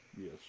yes